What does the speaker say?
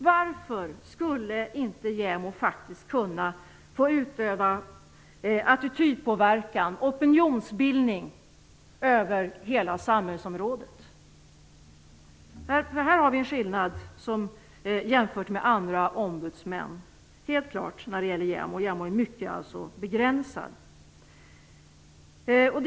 Varför skulle inte JämO faktiskt kunna få utöva attitydpåverkan och opinionsbildning inom hela samhällsområdet? Här har vi helt klart en skillnad jämfört med andra ombudsmän. JämO:s uppgift är mycket begränsad.